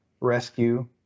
rescue